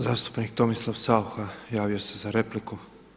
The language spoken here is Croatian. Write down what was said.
Zastupnik Tomislav Saucha, javio se za repliku,